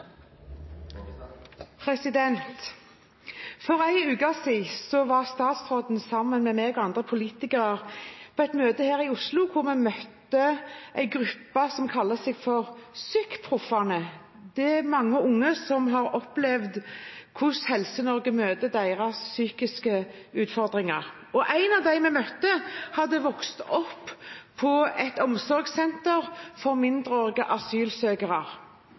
For en uke siden var statsråden sammen med meg og andre politikere på et møte her i Oslo, hvor vi møtte en gruppe som kaller seg PsykiskhelseProffene. Der er det mange unge som har opplevd hvordan Helse-Norge møter deres psykiske utfordringer. En av dem vi møtte, hadde vokst opp på et omsorgssenter for mindreårige asylsøkere.